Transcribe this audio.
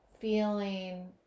feeling